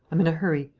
i'm in a hurry.